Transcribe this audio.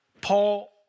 Paul